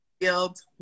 field